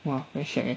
!wah! very shag leh